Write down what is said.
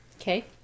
Okay